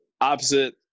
opposite